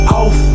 off